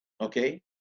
Okay